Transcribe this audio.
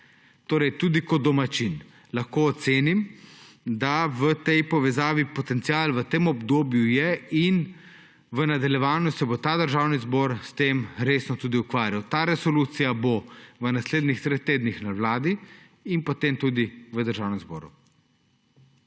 je. Tudi kot domačin lahko ocenim, da v tej povezavi potencial v tem obdobju je, in v nadaljevanju se bo Državni zbor s tem resno tudi ukvarjal. Ta resolucija bo v naslednjih treh tednih na Vladi in potem tudi v Državnem zboru.